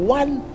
one